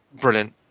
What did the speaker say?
brilliant